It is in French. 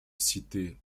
cité